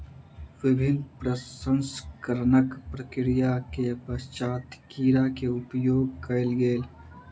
विभिन्न प्रसंस्करणक प्रक्रिया के पश्चात कीड़ा के उपयोग कयल गेल